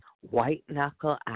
white-knuckle